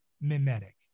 mimetic